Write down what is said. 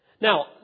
Now